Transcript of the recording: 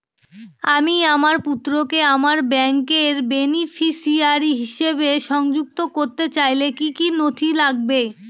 আমি আমার পুত্রকে আমার ব্যাংকের বেনিফিসিয়ারি হিসেবে সংযুক্ত করতে চাইলে কি কী নথি লাগবে?